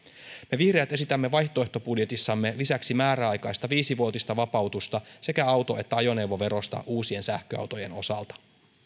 me vihreät esitämme vaihtoehtobudjetissamme lisäksi määräaikaista viisi vuotista vapautusta sekä auto että ajoneuvoverosta uusien sähköautojen osalta